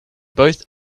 both